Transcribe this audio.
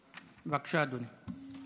בבקשה, אדוני.